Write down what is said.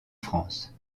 france